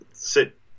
sit